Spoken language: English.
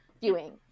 viewing